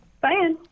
Bye